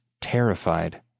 terrified